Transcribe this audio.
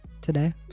today